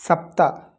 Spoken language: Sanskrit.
सप्त